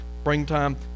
springtime